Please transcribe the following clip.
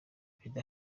perezida